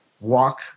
walk